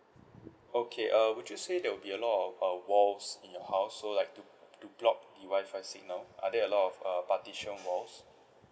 okay uh would you say that'll be a lot of uh walls in your house so like to to block the Wi-Fi signal are there a lot of uh partition walls